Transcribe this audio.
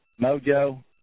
Mojo